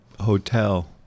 Hotel